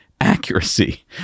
accuracy